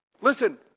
Listen